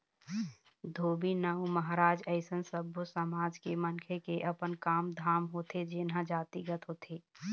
धोबी, नाउ, महराज अइसन सब्बो समाज के मनखे के अपन काम धाम होथे जेनहा जातिगत होथे